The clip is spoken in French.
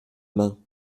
main